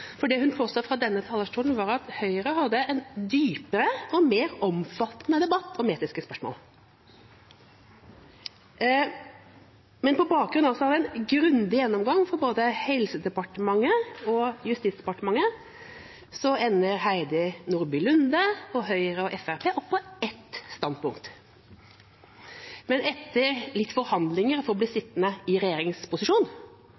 for det hun påsto fra denne talerstolen, var at Høyre hadde en dypere og mer omfattende debatt om etiske spørsmål. På bakgrunn av en grundig gjennomgang fra både Helsedepartementet og Justisdepartementet ender Heidi Nordby Lunde og Høyre og Fremskrittspartiet opp på ett standpunkt, men etter litt forhandlinger for å bli